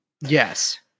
Yes